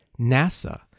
NASA